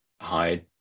hide